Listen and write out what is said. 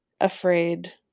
afraid